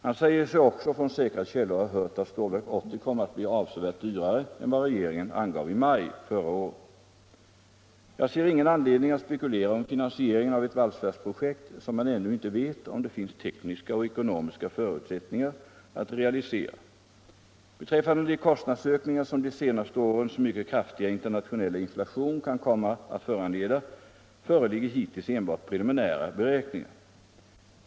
Han säger sig också från säkra källor ha hört att Stålverk 80 kommer att bli avsevärt dyrare än vad regeringen angav i maj förra året. Jag ser ingen anledning att spekulera om finansieringen av ett valsverksprojekt som man ännu inte vet om det finns tekniska och ekonomiska förutsättningar att realisera. Beträffande de kostnadsökningar som de senaste årens mycket kraftiga internationella inflation kan komma att föranleda föreligger hittills enbart preliminära beräkningar.